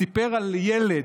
סיפר על ילד,